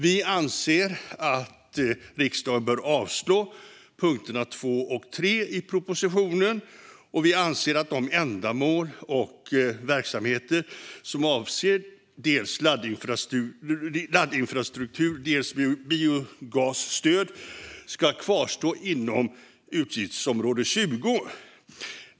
Vi anser att riksdagen bör avslå punkterna 2 och 3 i propositionen, då vi anser att de ändamål och verksamheter som avser dels laddinfrastruktur och dels biogasstöd ska kvarstå inom utgiftsområde 20.